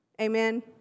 Amen